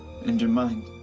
and your mind.